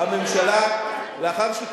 למה ראש הממשלה,